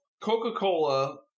Coca-Cola